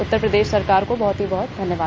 उत्तर प्रदेश सरकार को बहुत ही बहुत धन्यवाद